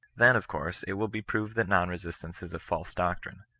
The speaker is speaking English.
then, of course, it will be proved that non-resistance is a false doctrine.